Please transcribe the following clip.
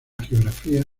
geografía